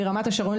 מרמת השרון,